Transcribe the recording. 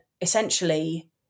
essentially